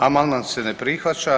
Amandman se ne prihvaća.